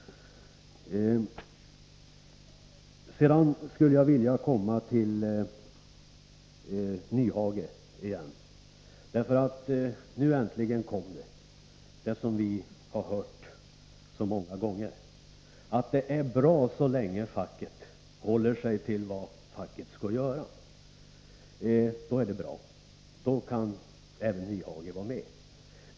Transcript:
Sedan skulle jag vilja återkomma till Nyhage. Nu kom äntligen det som vi har hört så många gånger, nämligen att det är bra så länge facket håller sig till vad facket skall göra. Då kan även Nyhage vara med.